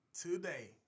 today